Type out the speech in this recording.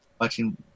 watching